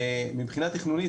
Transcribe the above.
ומבחינה תכנונית,